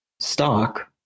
stock